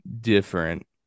different